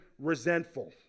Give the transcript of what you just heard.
resentful